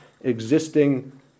existing